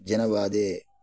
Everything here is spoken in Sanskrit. जनवादे